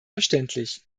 verständlich